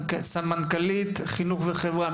סמנכ"לית חינוך וחברה מהשלטון המקומי.